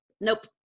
nope